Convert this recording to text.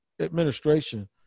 administration